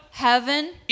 Heaven